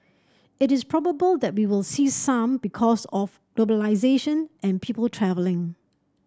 it is probable that we will see some because of globalisation and people travelling